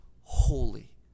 holy